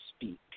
speak